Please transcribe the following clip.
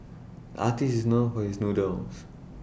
artist is known for his doodles